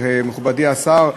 מכובדי השר,